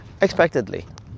Expectedly